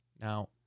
Now